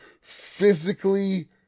physically